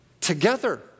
together